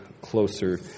closer